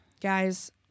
guys